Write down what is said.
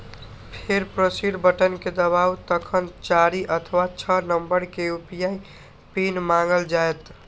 फेर proceed button कें दबाउ, तखन चारि अथवा छह नंबर के यू.पी.आई पिन मांगल जायत